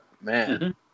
man